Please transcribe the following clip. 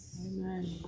Amen